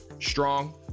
Strong